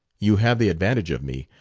you have the advantage of me.